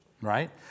Right